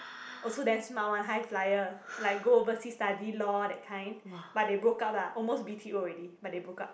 also damn smart one high flyer like go overseas study law that kind but they broke up lah almost b_t_o already but they broke up